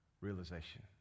realization